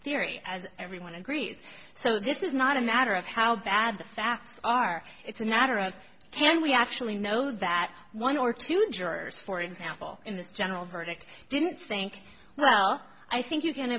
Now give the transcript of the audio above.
theory as everyone agrees so this is not a matter of how bad the facts are it's a matter of can we actually know that one or two jurors for example in this general verdict didn't sink well i think you